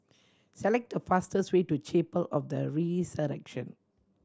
select the fastest way to Chapel of the Resurrection